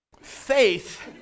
Faith